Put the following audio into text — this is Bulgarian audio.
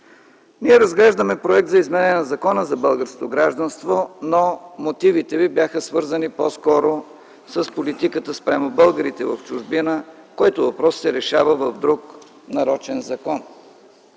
Ние разглеждаме Проект за изменение на Закона за българското гражданство, но мотивите ви бяха свързани по-скоро с политиката спрямо българите в чужбина, който въпрос се решава в друг нарочен закон.